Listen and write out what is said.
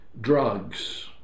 drugs